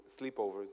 sleepovers